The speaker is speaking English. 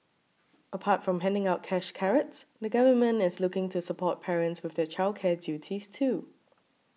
apart from handing out cash carrots the Government is looking to support parents with their childcare duties too